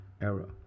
error